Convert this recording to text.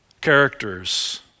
characters